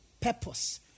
purpose